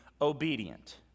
obedient